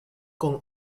con